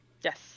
Yes